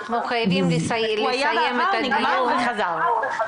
הוא היה בעבר, נגמר וחזר.